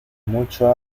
mucho